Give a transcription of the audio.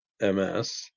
MS